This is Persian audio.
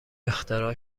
اختراع